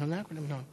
סעיפים 1 4 נתקבלו.